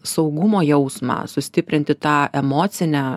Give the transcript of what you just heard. saugumo jausmą sustiprinti tą emocinę